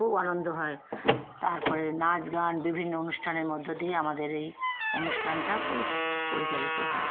খুব আনন্দ হয় তারপরে নাচ গান বিভিন্ন অনুষ্ঠানের মধ্য দিয়ে আমাদের এই অনুষ্ঠানটা পরিচ পরিচালিত হয়